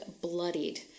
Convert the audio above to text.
bloodied